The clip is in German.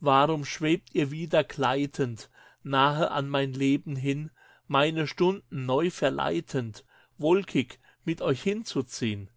warum schwebt ihr wieder gleitend nahe an mein leben hin meine stunden neu verleitend wolkig mit euch hinzuziehn